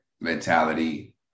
mentality